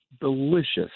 delicious